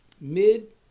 mid